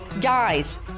Guys